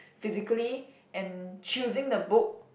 physically and choosing the book